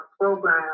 program